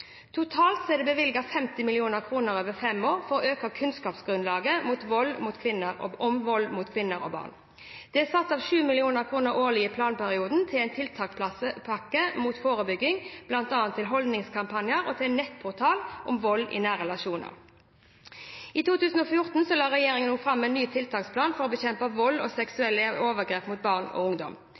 Totalt er det bevilget 50 mill. kr over fem år for å øke kunnskapsgrunnlaget om vold mot kvinner og barn. Det er satt av 7 mill. kr årlig i planperioden til en tiltakspakke mot forebygging, bl.a. til holdningskampanjer og til en nettportal om vold i nære relasjoner. I 2014 la regjeringen fram en ny tiltaksplan for å bekjempe vold og seksuelle overgrep mot barn og ungdom.